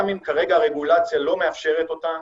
גם אם כרגע הרגולציה לא מאפשרת אותה